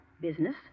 Business